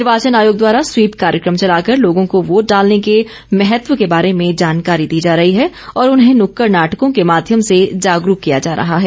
निर्वाचन आयोग द्वारा स्वीप कार्यक्रम चलाकर लोगों को वोट डालने के महत्व के बारे में जानकारी दी जा रही है और उन्हें नुक्कड़ नाटकों के माध्यम से जागरूक किया जा रहा है